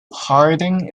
harding